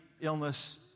illness